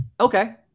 okay